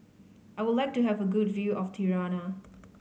I would like to have a good view of Tirana